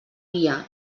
guia